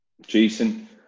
Jason